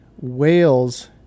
whales